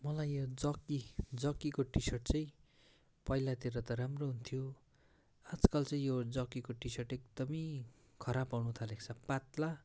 मलाई यो जक्की जक्कीको टी सर्ट चाहिँ पहिलातिर त राम्रो हुन्थ्यो आज कल चाहिँ यो जक्कीको टी सर्ट एकदम खराब आउनु थालेको छ पातला